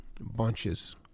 Bunches